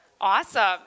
Awesome